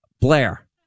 Blair